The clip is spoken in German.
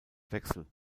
wechsel